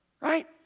right